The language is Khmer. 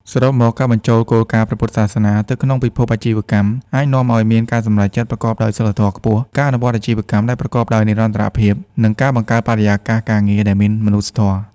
សរុបមក ការបញ្ចូលគោលការណ៍ព្រះពុទ្ធសាសនាទៅក្នុងពិភពអាជីវកម្ម អាចនាំឱ្យមានការសម្រេចចិត្តប្រកបដោយសីលធម៌ខ្ពស់ ការអនុវត្តអាជីវកម្មដែលប្រកបដោយនិរន្តរភាព និងការបង្កើតបរិយាកាសការងារដែលមានមនុស្សធម៌។